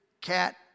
cat